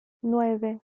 nueve